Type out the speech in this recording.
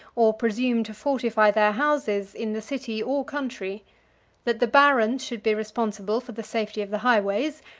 or presume to fortify their houses in the city or country that the barons should be responsible for the safety of the highways,